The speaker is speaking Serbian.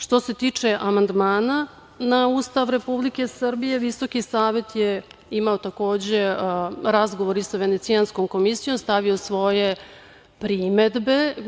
Što se tiče amandmana na Ustav Republike Srbije, Visoki savet je imao takođe razgovor i sa Venecijanskom komisijom, stavio svoje primedbe.